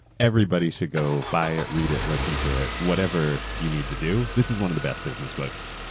everybody should go buy it, read it, listen to it, whatever you need to do. this is one of the best business books.